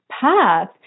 path